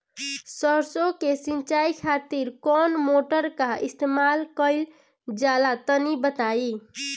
सरसो के सिंचाई खातिर कौन मोटर का इस्तेमाल करल जाला तनि बताई?